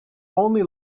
only